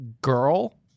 girl